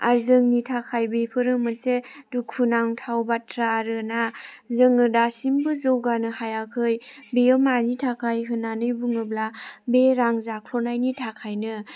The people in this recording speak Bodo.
आरो जोंनि थाखाय बेफोरो मोनसे दुखुनांथाव बाथ्रा आरोना जोङो दासिमबो जौगानो हायाखै बेयो मानि थाखाय होननानै बुङोब्ला बे रां जाख्ल'नायनि थाखायनो